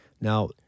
Now